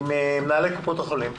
עם מנהלי קופות החולים,